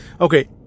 okay